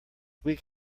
week